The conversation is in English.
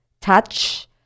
touch